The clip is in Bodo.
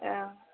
औ